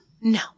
No